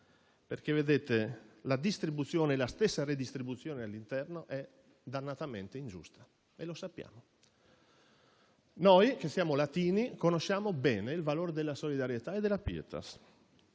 per cento che resta e la stessa redistribuzione all'interno è dannatamente ingiusta. Lo sappiamo. Noi che siamo latini conosciamo bene il valore della solidarietà e della *pietas*